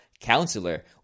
counselor